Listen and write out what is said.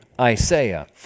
Isaiah